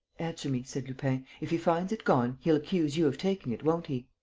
answer me, said lupin. if he finds it gone, he'll accuse you of taking it, won't he?